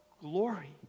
glory